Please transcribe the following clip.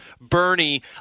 Bernie